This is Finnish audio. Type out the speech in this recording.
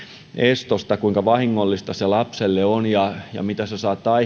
estosta kuinka vahingollista se lapselle on ja mitä se saattaa